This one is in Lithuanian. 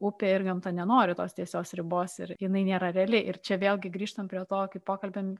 upė ir gamta nenori tos tiesios ribos ir jinai nėra reali ir čia vėlgi grįžtam prie to pokalbio